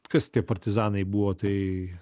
kas tie partizanai buvo tai